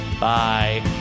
bye